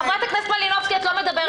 חברת הכנסת מלינובסקי, את לא מדברת איתי.